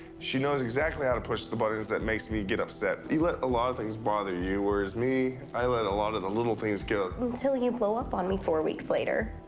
she knows exactly how to push the buttons that makes me get upset. you let a lot of things bother you, wher me, i let a lot of the little things go that until you blow up on me four weeks later.